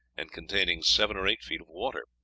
and containing seven or eight feet of water.